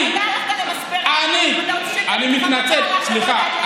אתה הלכת למספרה, אני מתנצל, סליחה.